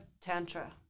tantra